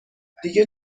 دیگه